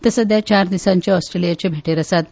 ते सध्या चार दिसाचे ऑस्ट्रेलियाचे भेटेर आसात